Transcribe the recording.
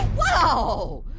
whoa.